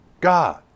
God